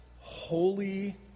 holy